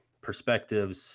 perspectives